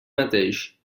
mateix